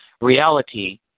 Reality